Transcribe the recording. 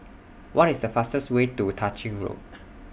What IS The fastest Way to Tah Ching Road